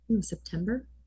september